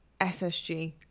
SSG